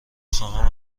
خواهم